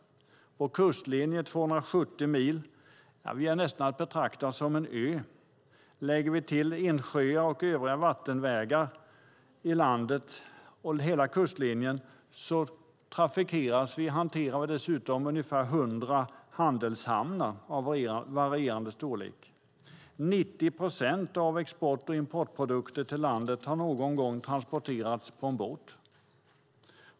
Vår kustlinje är 270 mil, och vi är nästan att betrakta som en ö. Lägger vi till insjöar och övriga vattenvägar i landet och hela kustlinjen hanterar vi dessutom ungefär 100 handelshamnar av varierande storlek. 90 procent av landets export och importprodukter har någon gång transporterats på en båt.